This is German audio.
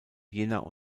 jena